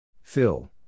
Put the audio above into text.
Phil